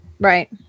Right